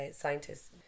scientists